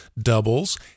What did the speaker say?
doubles